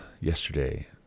Yesterday